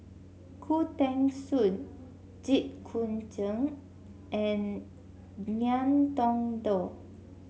Khoo Teng Soon Jit Koon Cheng and Ngiam Tong Dow